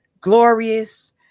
glorious